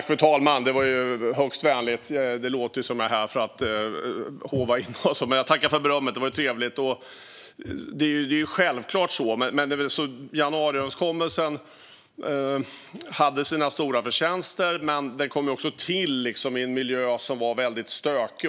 Fru talman! Jag tackar ledamoten för berömmet - det var trevligt! Januariöverenskommelsen hade stora förtjänster, men den kom också till i en miljö som var väldigt stökig.